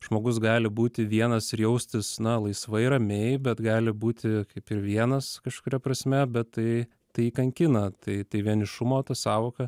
žmogus gali būti vienas ir jaustis na laisvai ramiai bet gali būti kaip ir vienas kažkuria prasme bet tai tai kankina tai tai vienišumo tą sąvoką